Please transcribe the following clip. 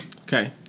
Okay